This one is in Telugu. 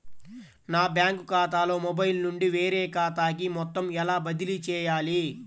నా బ్యాంక్ ఖాతాలో మొబైల్ నుండి వేరే ఖాతాకి మొత్తం ఎలా బదిలీ చేయాలి?